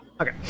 Okay